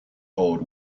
old